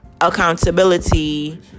accountability